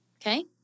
okay